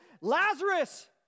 Lazarus